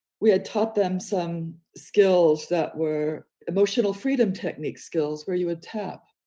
we had taught them some skills that were emotional freedom techniques skills, where you would tap,